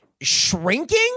shrinking